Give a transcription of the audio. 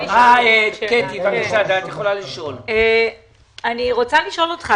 אני רוצה לשאול אותך,